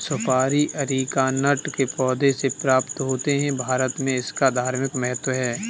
सुपारी अरीकानट के पौधों से प्राप्त होते हैं भारत में इसका धार्मिक महत्व है